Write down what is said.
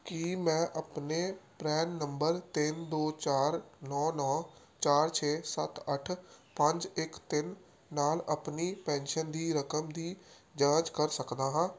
ਕੀ ਮੈਂ ਆਪਣੇ PRAN number ਤਿੰਨ ਦੋ ਚਾਰ ਨੌਂ ਨੌਂ ਚਾਰ ਛੇ ਸੱਤ ਅੱਠ ਪੰਜ ਇੱਕ ਤਿੰਨ ਨਾਲ ਆਪਣੀ ਪੈਨਸ਼ਨ ਦੀ ਰਕਮ ਦੀ ਜਾਂਚ ਕਰ ਸਕਦਾ ਹਾਂ